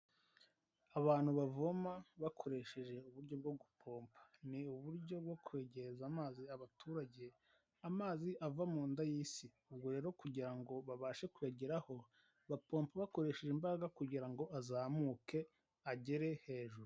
Abantu bavoma bakoresheje uburyo bwo gupomba. Ni uburyo bwo kwegereza amazi abaturage amazi ava mu nda y'isi. Ubwo rero kugira ngo babashe kuyageraho bapompa bakoresheje imbaraga kugira ngo azamuke agere hejuru.